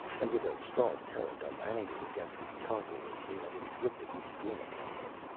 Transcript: and with a strong current of anger against the conqueror who had inflicted the skin upon him.